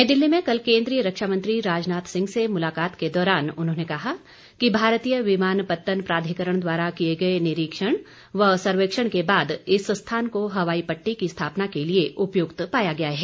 नई दिल्ली में कल केंद्रीय रक्षा मंत्री राजनाथ सिंह से मुलाकात के दौरान उन्होंने कहा कि भारतीय विमानपत्तन प्राधिकरण द्वारा किए गए निरीक्षण व सर्वेक्षण के बाद इस स्थान को हवाई पट्टी की स्थापना के लिए उपयुक्त पाया गया है